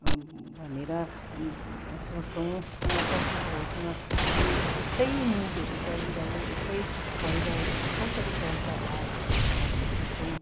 भनेर सोच्छौँ पछि भविष्यमा यो यस्तै न्युजहरू चलिरह्यो यस्तै भइरह्यो भने कसरी चल्छ होला भनेर हामी सोच्छौँ